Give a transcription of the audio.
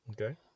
Okay